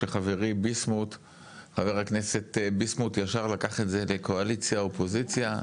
שחברי חבר הכנסת ביסמוט ישר לקח את זה לקואליציה אופוזיציה.